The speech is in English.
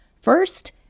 First